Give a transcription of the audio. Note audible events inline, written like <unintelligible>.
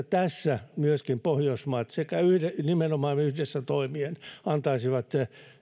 <unintelligible> tässä pohjoismaat nimenomaan yhdessä toimien antaisivat